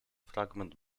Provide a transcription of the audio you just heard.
fragment